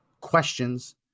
questions